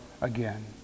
again